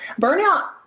Burnout